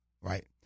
Right